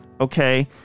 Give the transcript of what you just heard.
Okay